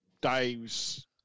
Dave's